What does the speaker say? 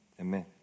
Amen